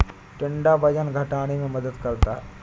टिंडा वजन घटाने में मदद करता है